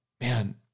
man